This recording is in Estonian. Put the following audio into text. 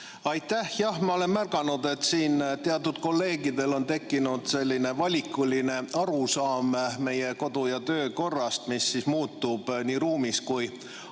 Aitäh! Ma olen märganud, et teatud kolleegidel on tekkinud selline valikuline arusaam meie kodu- ja töökorrast, mis muutub nii ruumis kui ajas.